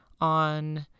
on